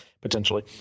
potentially